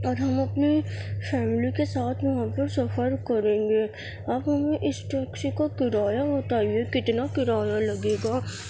اور ہم اپنے فیملی کے ساتھ وہاں پر سفر کریں گے آپ ہمیں اس ٹیکسی کا کرایہ بتائیے کتنا کرایہ لگے گا